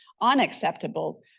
unacceptable